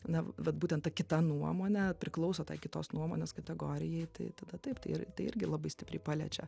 na vat būtent ta kita nuomonė priklauso tai kitos nuomonės kategorijai tai tada taip tai ir tai irgi labai stipriai paliečia